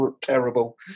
terrible